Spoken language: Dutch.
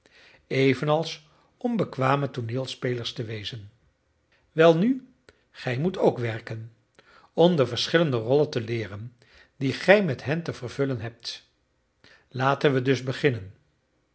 evenals om bekwame tooneelspelers te wezen welnu gij moet ook werken om de verschillende rollen te leeren die gij met hen te vervullen hebt laten we dus beginnen